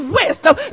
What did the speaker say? wisdom